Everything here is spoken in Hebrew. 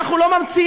משפט.